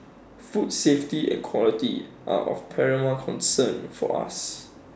food safety and quality are of paramount concern for us